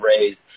raised